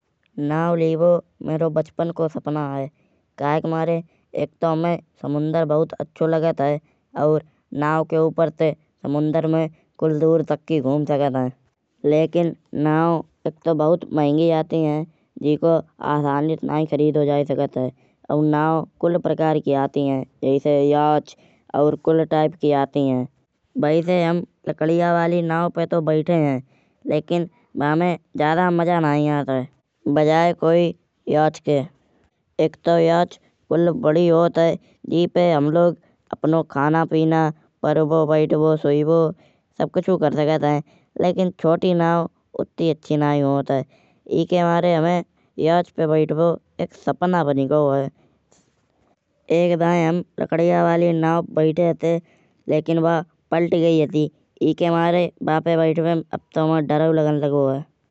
नाव लइवो मेरो बचपन को सपना है। काहे के मारे एक तौ हुमाए समुंदर बहुत अच्छो लगत है। और नाव के ऊपर ते समुंदर में कुल दूर तक की घूम सकत है। लेकिन नाव एक तौ बहुत महंगी आत है। जेको आसानी ते नाई खरीदो जाए सकत है। और नाव कुल प्रकार की आत है। जैसे। योच और कुल टाइप की आत है। वैसे हम लकड़िया वाली नाव पे तौ बैठे है। लेकिन वा मै ज्याद मजा नाई आत है। बजाये कोई योच के एक तौ योच कुल बड़ी होत है। जेपे हम लोग अपनी खाना पीना परबो बैठबो सुइबो सब कुछ कर सकत है। लेकिन छोटी नाव उत्ती अच्छी नाई होत है। इके मारे हुमाए योच पे बैठिबो एक सपना बनी गयो है। एक दाय हम लकड़िया वाली नाव पे बैठे हते। लेकिन वा पलटी गई हती। इके मारे वापे बैठिवे मैं अब तौ हुम्ये डरौ लगन लगी है।